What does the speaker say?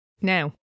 Now